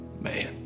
man